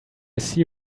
see